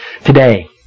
today